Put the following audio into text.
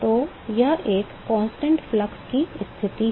तो यह एक स्थिर प्रवाह की स्थिति है